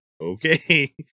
okay